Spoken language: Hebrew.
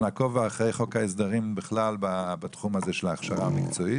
אנחנו נעקוב אחרי חוק ההסדרים בכלל בתחום הזה של ההכשרה המקצועית.